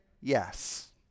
yes